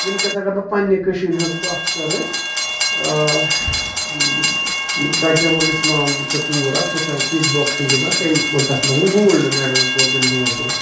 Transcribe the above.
ؤنۍ کیس اَگر بہٕ پَنٕنہِ کٔشیٖر ہنز کَتھ کرٕ تجمل اسلام چھےٚ کوٗر اکھ سۄ چھےٚ کِک بوکسِنگ گِندان تٔمۍ ووٚن تَتھ منٛز گولڈ میڈل کوٚر تٔمۍ حٲصِل